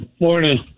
Morning